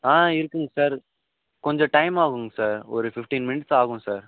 ஆ இருக்குதுங்க சார் கொஞ்சம் டைம் ஆகும்ங்க சார் ஒரு ஃபிஃப்ட்டின் மினிட்ஸ் ஆகும் சார்